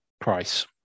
price